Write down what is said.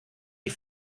die